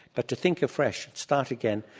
but to think afresh, start again,